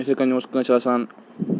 یِتھٕے کٔنۍ اوس کٲنٛسہِ آسان